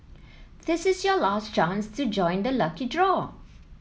this is your last chance to join the lucky draw